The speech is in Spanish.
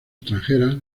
extranjeras